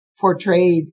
portrayed